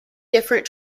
different